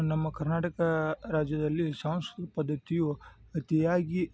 ನಮ್ಮ ಕರ್ನಾಟಕ ರಾಜ್ಯದಲ್ಲಿ ಸಂಸ್ಕೃತಿ ಪದ್ದತಿಯು ಅತಿಯಾಗಿ